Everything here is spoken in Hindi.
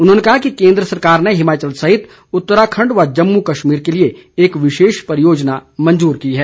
उन्होंने कहा कि केन्द्र सरकार ने हिमाचल सहित उत्तराखण्ड व जम्मू कश्मीर के लिए एक विशेष परियोजना मंजूर की है